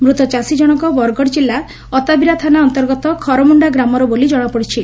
ମୃତ ଚାଷୀ ଜଶକ ବରଗଡ଼ ଜିଲ୍ଲା ଅତାବିରା ଥାନା ଅନ୍ତର୍ଗତ ଖରମୁଖା ଗ୍ରାମର ବୋଲି ଜଣାପଡ଼ିଛି